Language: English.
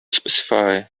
specify